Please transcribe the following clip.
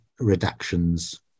redactions